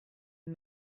and